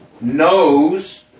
knows